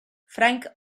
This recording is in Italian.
frank